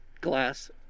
glass